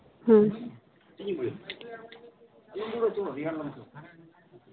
ᱦᱩᱸ